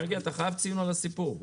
מרגי, אתה חייב ציון על הסיפור.